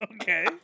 Okay